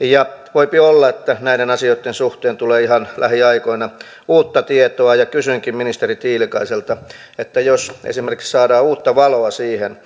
voipi olla että näiden asioitten suhteen tulee ihan lähiaikoina uutta tietoa ja kysynkin ministeri tiilikaiselta että jos esimerkiksi saadaan uutta valoa siihen